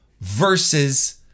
versus